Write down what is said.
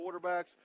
quarterbacks